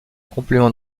complément